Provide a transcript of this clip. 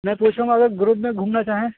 میں پوچھ رہا ہوں گروپ میں گھومنا چاہیں